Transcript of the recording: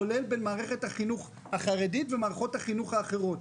כולל בין מערכת החינוך החרדית למערכות החינוך האחרות.